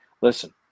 Listen